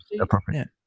appropriate